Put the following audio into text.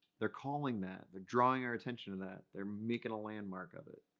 they're calling that, they're drawing our attention to that. they're making a landmark of it.